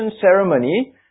ceremony